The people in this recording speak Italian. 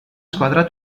squadra